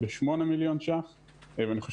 חשוב